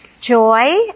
Joy